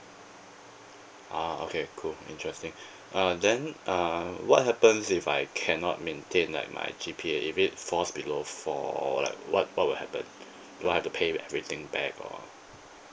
ah okay cool interesting uh then uh what happens if I cannot maintain like my G_P_A if it falls below four like what what will happen do I have to pay everything back or